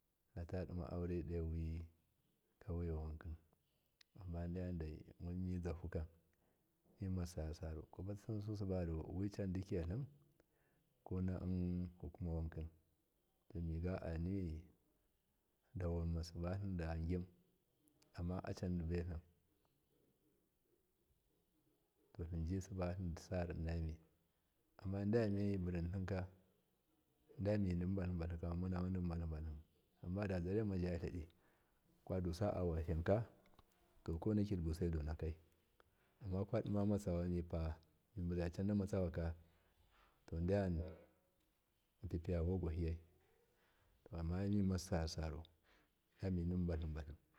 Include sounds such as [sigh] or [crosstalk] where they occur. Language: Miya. Atadima aure dowivogwahi amma annadeyadai mizaha ka mima sar saru kwapatansu wicandikitlim konako [hesitation] kuma wanki to miga aniwi dawama siba tlinda gin amma acandibai tlim tlinji siba tlindisar innami amadi yen tlimburintlinka diye midi batlibaltin hambada zarema jatladi kwadusa awashashan kowadi buse donaki amma kwadima matsawa mibacan namatsawaka to di yen [unintelligible] ma mi piya vogwahiya domin mimusar saru. [unintelligible]